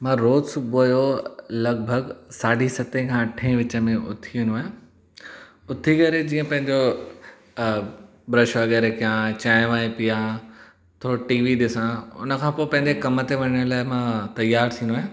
मां रोज़ सुबुह जो लॻिभॻ साढी सते खां अठे विच में उथी वेंदो आहियां उथी करे जीअं पंहिंजो ब्रश वग़ैरह कयां चांहिं वांहिं पीयां थोरो टी वी ॾिसां उन खां पोइ पंहिंजे कम ते वञण लाएइ मां तयारु थींदो आहियां